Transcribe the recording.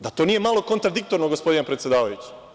Da to nije malo kontradiktorno, gospodine predsedavajući?